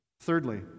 Thirdly